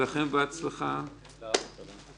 1 נגד, אין נמנעים, אין הצעת חוק הסדרת הלוואות